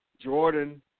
Jordan